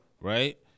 Right